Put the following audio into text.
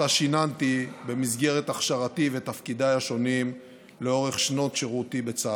שאותה שיננתי במסגרת הכשרתי ותפקידיי השונים לאורך שנות שירותי בצה"ל.